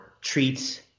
treats